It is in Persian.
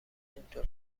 اینطور